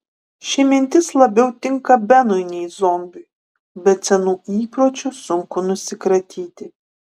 ši mintis labiau tinka benui nei zombiui bet senų įpročių sunku nusikratyti